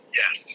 yes